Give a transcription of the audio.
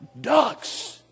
ducks